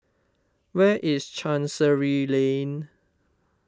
where is Chancery Lane